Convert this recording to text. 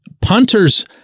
punters